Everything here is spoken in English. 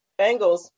Bengals